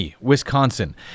Wisconsin